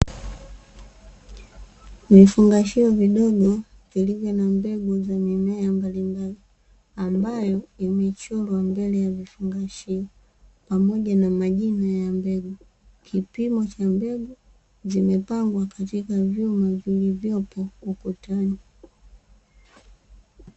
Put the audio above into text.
Vifungashio vidogo vilivyo na mbegu za mimea mbalimbali, ambayo imechorwa mbele ya vifungashio, pamoja na majina ya mbegu, kipimo cha mbegu zimepangwa katika vyuma vilivyopo ukutani.